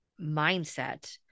mindset